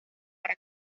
para